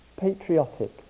patriotic